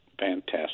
Fantastic